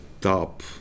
top